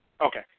Okay